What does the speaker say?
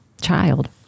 child